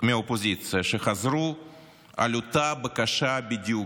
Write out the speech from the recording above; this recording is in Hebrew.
מהאופוזיציה שחזרו על אותה בקשה בדיוק,